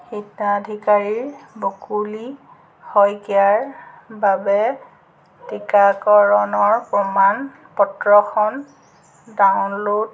হিতাধিকাৰীৰ বকুলি শইকীয়াৰ বাবে টিকাকৰণৰ প্ৰমাণ পত্ৰখন ডাউনলোড